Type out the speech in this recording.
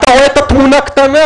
אתה רואה את התמונה קטנה.